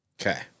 Okay